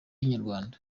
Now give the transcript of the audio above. inyarwanda